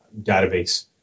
database